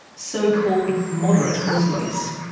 so-called moderate muslims.